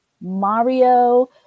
Mario